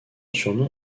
surnom